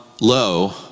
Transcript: low